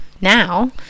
now